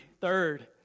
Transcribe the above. third